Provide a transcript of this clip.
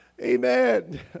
Amen